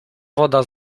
woda